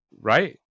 right